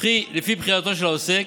לפי בחירתו של העוסק.